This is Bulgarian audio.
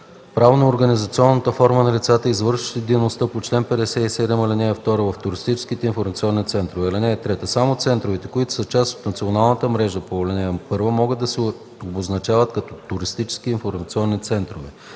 правноорганизационната форма на лицата, извършващи дейността по чл. 57, ал. 2 в туристическите информационни центрове. (3) Само центрове, които са част от националната мрежа по ал. 1, могат да се обозначават като „туристически информационен център”.